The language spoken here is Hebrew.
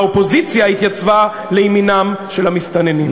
האופוזיציה התייצבה לימינם של המסתננים.